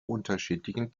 unterschiedlichen